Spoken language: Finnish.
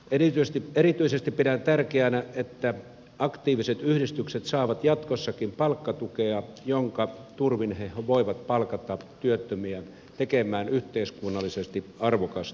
erityisesti pidän tärkeänä että aktiiviset yhdistykset saavat jatkossakin palkkatukea jonka turvin ne voivat palkata työttömiä tekemään yhteiskunnallisesti arvokasta työtä